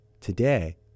today